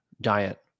diet